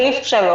סעיף 3